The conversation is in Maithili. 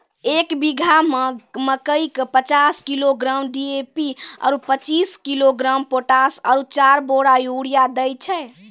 एक बीघा मे मकई मे पचास किलोग्राम डी.ए.पी आरु पचीस किलोग्राम पोटास आरु चार बोरा यूरिया दैय छैय?